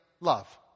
love